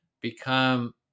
become